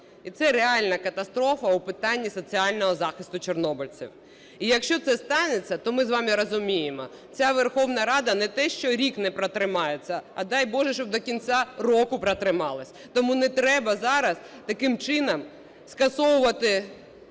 І це реальна катастрофа в питанні соціального захисту чорнобильців. І якщо це станеться, то ми з вами розуміємо, ця Верховна Рада не те, що рік не протримається, а, дай Боже, щоб до кінця року протрималася. Тому не треба зараз таким чином скасовувати,